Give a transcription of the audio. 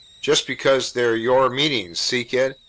just because they're your meetings. see, kid?